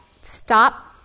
stop